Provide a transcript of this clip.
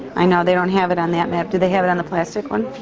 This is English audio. i know. they don't have it on that map. do they have it on the plastic one?